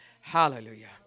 hallelujah